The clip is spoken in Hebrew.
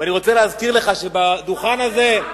ואני רוצה להזכיר לך שבדוכן הזה,